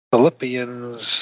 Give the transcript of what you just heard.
Philippians